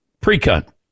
Pre-cut